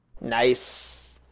Nice